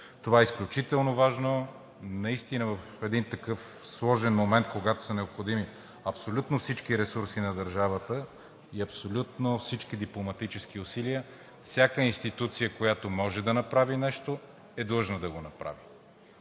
Това е изключително важно. В такъв сложен момент, когато са необходими абсолютно всички ресурси на държавата и абсолютно всички дипломатически усилия, всяка институция, която може да направи нещо, е длъжна да го направи.